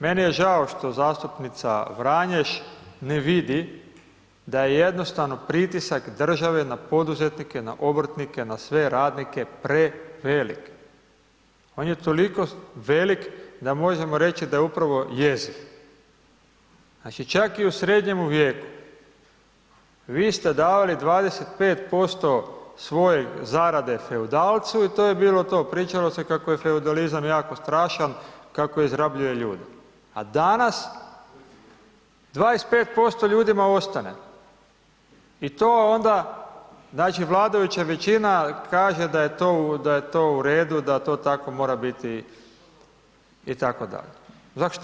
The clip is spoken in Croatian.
Meni je žao što zastupnica Vranješ ne vidi da je jednostavno pritisak države na poduzetnike, na obrtnike, na sve radnike prevelik, on je toliko veliki da možemo reći da je upravo jeziv, znači čak i u srednjemu vijeku vi ste davali 25% svoje zarade feudalcu i to je bilo to, pričalo se kako je feudalizam jako strašan, kako izrabljuje ljude, a danas 25% ljudima ostane, i to onda znači vladajuća većina kaže da je to u redu, da to tako mora biti i tako dalje.